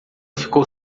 ficou